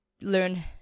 learn